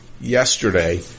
yesterday